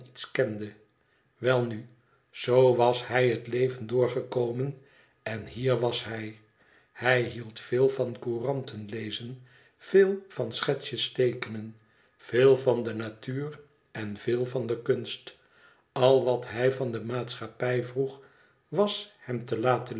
kende welnu zoo was hij het leven doorgekomen en hier was hij hij hield veel van couranten lezen veel van schetsjesteekenen veel van de natuur en veel van de kunst al wat hij van de maatschappij vroeg was hem te laten